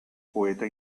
poeta